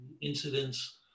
incidents